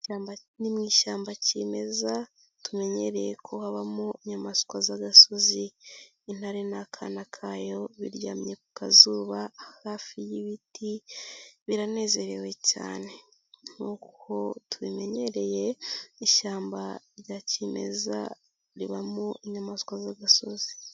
Ni mu ishyamba kimeza tumenyereye ko habamo inyamaswa z'agasozi, intare n'akana kayo biryamye ku kazuba hafi y'ibiti, biranezerewe cyane nk'uko tubimenyereye, ishyamba rya kimeza ribamo inyamaswa z'agasozi.